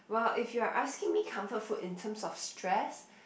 well if you are asking me comfort food in terms of stress